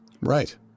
Right